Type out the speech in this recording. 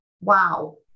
wow